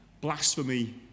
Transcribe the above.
blasphemy